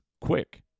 quick